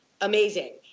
amazing